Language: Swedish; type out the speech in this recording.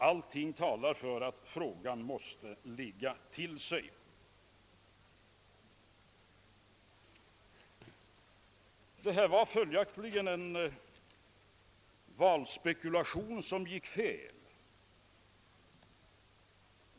Allting talar för att frågan måste ligga till sig. Det var alltså en valspekulation inom mittenpartierna som slog fel.